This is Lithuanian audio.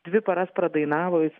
dvi paras pradainavo jis